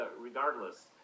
regardless